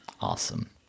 Awesome